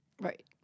Right